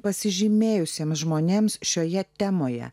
pasižymėjusiems žmonėms šioje temoje